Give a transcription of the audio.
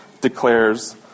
declares